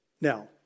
Now